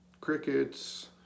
Crickets